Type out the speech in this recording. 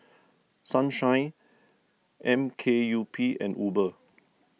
Sunshine M K U P and Uber